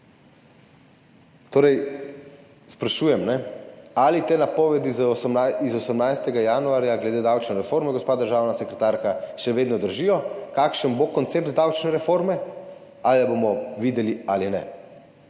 Torej, sprašujem, ali te napovedi iz 18. januarja glede davčne reforme, gospa državna sekretarka, še vedno držijo? Kakšen bo koncept davčne reforme? Ali jo bomo videli ali ne?